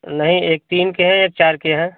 नहीं एक तीन के हैं एक चार के हैं